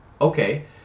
okay